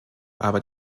aber